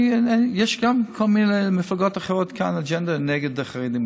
יש גם לכל מיני מפלגות אחרות כאן אג'נדה נגד החרדים,